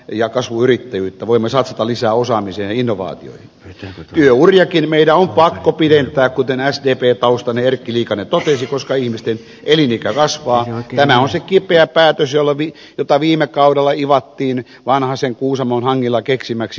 ja kasvuyrittäjyyttä voimme satsata lisää osaamisen innovaatio yöuniakin meillä on pakko pidentää kuten äsken ripaustani erkki liikanen totesi koska ihmisten elinikä kasvaa vielä uusi kipeä päätös olavi jota viime kaudella ivattiin vanhasen kuusamon hangilla keksimäksi